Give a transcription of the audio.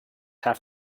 have